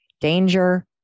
danger